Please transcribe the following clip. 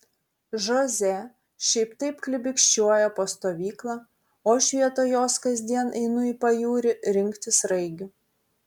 žoze šiaip taip klibikščiuoja po stovyklą o aš vietoj jos kasdien einu į pajūrį rinkti sraigių